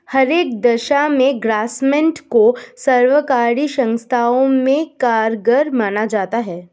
हर एक दशा में ग्रास्मेंट को सर्वकारी संस्थाओं में कारगर माना जाता है